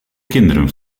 kinderen